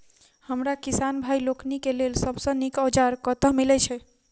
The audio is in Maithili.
हमरा किसान भाई लोकनि केँ लेल सबसँ नीक औजार कतह मिलै छै?